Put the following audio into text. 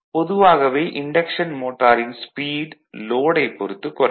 பொதுவாகவே இன்டக்ஷன் மோட்டாரின் ஸ்பீட் லோடைப் பொறுத்து குறையும்